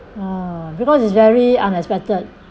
oh because it's very unexpected